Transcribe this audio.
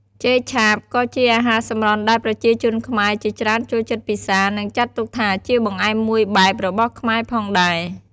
ចេកឆាបក៏ជាអាហារសម្រន់ដែលប្រជាជនខ្មែរជាច្រើនចូលចិត្តពិសា និងចាត់ទុកថាជាបង្អែមមួយបែបរបស់ខ្មែរផងដែរ។